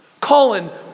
Colin